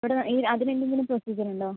ഇവിടെനിന്ന് ഈ അതിന് ഇനി എന്തെങ്കിലും പ്രൊസീജിയറുണ്ടോ